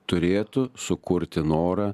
turėtų sukurti norą